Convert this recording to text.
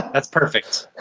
that's perfect.